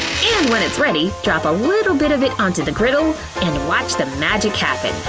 and when it's ready, drop a little bit of it onto the grill and watch the magic happen.